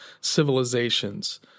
civilizations